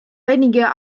weniger